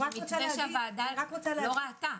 מתווה שהוועדה לא ראתה,